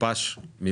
מי